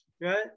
Right